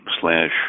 slash